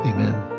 Amen